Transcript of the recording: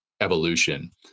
evolution